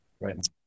right